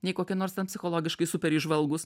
nei kokie nors ten psichologiškai super įžvalgūs